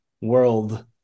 world